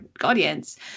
audience